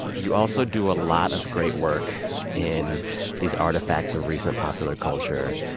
you also do a lot of great work in these artifacts of recent popular culture.